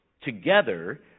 together